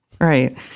Right